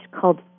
called